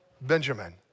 Benjamin